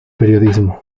periodismo